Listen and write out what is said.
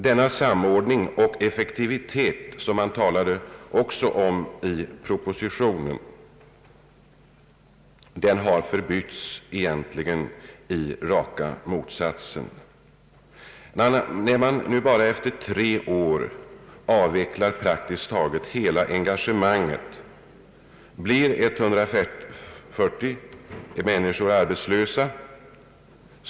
Den samordning och den effektivitet som det också talades om i propositionen har förbytts i raka motsatsen. När nu efter bara tre år praktiskt taget hela engagemanget avvecklas blir 140 människor arbetslösa.